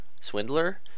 Swindler